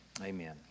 Amen